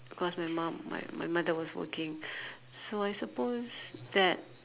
because my mum my my mother was working so I suppose that